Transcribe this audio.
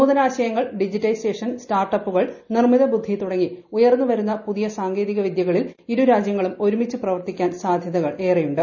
നൂതനാശയങ്ങൾ digitisation സ്റ്റാർട്ടപ്പുകൾ നിർമ്മിത ബുദ്ധിതുടങ്ങി ഉയർന്നുവരുന്ന പുതിയ സാങ്കേതികവിദൃകളിൽ ഇരുരാജൃങ്ങളും ഒരുമിച്ച് പ്രവർത്തിക്കാൻ സാധ്യതകളേറെ ഉണ്ട്